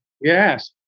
Yes